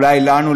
אולי לנו,